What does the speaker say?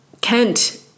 Kent